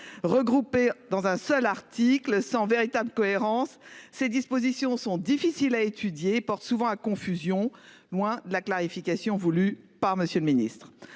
Regroupées dans un seul article sans véritable cohérence, les dispositions sont difficiles à étudier et portent souvent à confusion, loin de la clarification que vous appelez